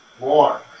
more